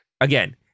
again